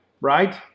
Right